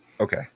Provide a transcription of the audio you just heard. okay